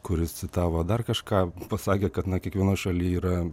kuris citavo dar kažką pasakė kad na kiekvienoj šaly yra